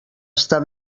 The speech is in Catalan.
estar